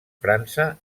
frança